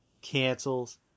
cancels